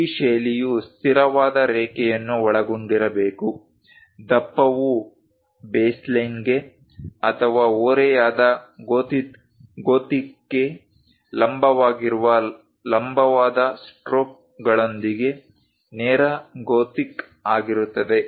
ಈ ಶೈಲಿಯು ಸ್ಥಿರವಾದ ರೇಖೆಯನ್ನು ಒಳಗೊಂಡಿರಬೇಕು ದಪ್ಪವು ಬೇಸ್ಲೈನ್ಗೆ ಅಥವಾ ಓರೆಯಾದ ಗೋಥಿಕ್ಗೆ ಲಂಬವಾಗಿರುವ ಲಂಬವಾದ ಸ್ಟ್ರೋಕ್ಗಳೊಂದಿಗೆ ನೇರ ಗೋಥಿಕ್ ಆಗಿರುತ್ತದೆ